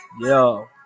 Yo